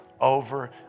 over